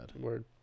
Word